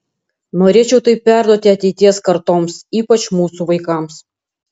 norėčiau tai perduoti ateities kartoms ypač mūsų vaikams